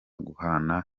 guhana